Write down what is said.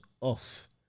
off